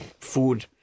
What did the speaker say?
food